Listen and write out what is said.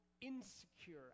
insecure